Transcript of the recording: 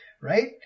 right